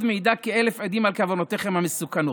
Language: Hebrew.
מעיד כאלף עדים על כוונותיכם המסוכנות.